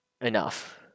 enough